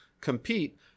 compete